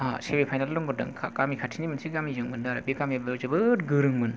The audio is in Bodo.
सेमि फाइनेल ल' मोनदों गामि खाथिनि मोनसे गामिजों मोनदों आरो बे गामियाबो जोबोद गोरोंमोन